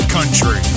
country